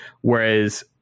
whereas